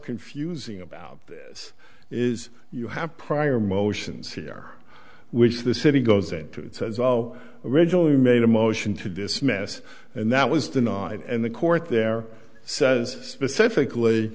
confusing about this is you have prior motions here which the city goes into it says well originally made a motion to dismiss and that was denied and the court there says specifically